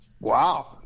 Wow